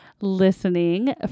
listening